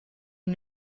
ein